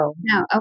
No